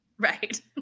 Right